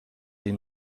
این